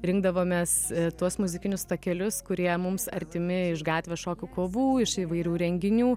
rinkdavomės tuos muzikinius takelius kurie mums artimi iš gatvės šokių kovų iš įvairių renginių